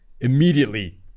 immediately